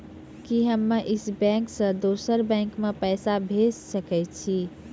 कि हम्मे इस बैंक सें दोसर बैंक मे पैसा भेज सकै छी?